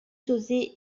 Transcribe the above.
josé